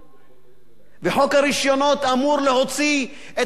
וחוק הרשיונות אמור להוציא את התקשורת בישראל,